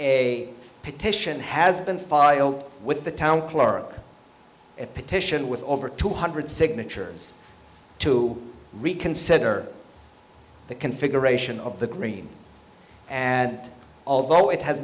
a petition has been filed with the town clerk a petition with over two hundred signatures to reconsider the configuration of the green and although it has